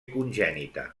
congènita